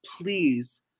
please